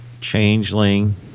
Changeling